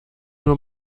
nur